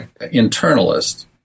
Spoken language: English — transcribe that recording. internalist